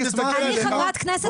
אני חברת כנסת,